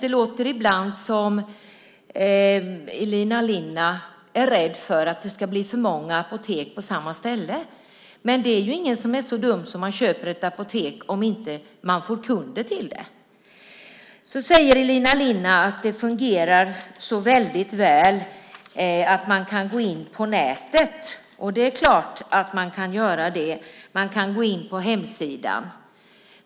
Ibland låter det på Elina Linna som om hon är rädd för att det ska bli för många apotek på ett och samma ställe, men ingen är så dum att man köper ett apotek om man inte får kunder till det. Elina Linna säger att Apoteket i dag fungerar väldigt väl och att man kan gå in på nätet. Det är klart att man kan göra det. Man kan gå in på hemsidan.